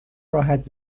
راحت